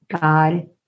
God